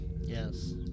Yes